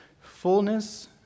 fullness